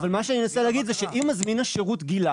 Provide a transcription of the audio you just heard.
אבל מה שאני מנסה להגיד שאם מזמין השירות גילה